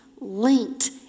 linked